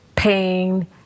pain